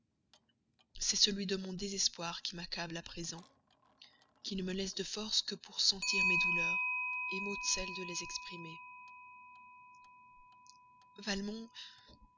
c'est celui de mon désespoir qui m'accable à présent qui ne me laisse de force que pour sentir mes douleurs m'ôte celle de les exprimer